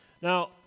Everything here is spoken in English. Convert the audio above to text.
Now